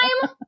time